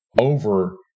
over